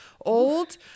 old